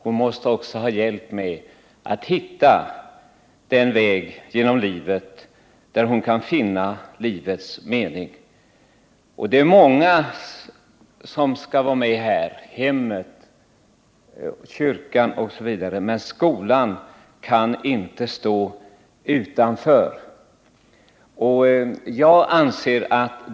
Hon måste också ha hjälp med att hitta den väg genom livet där hon kan finna livets mening. Det är många som måste vara med och hjälpa här: hemmet, kyrkan, osv. Skolan kan då inte stå utanför.